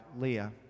Leah